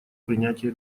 принятия